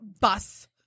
bus